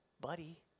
buddy